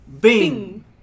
Bing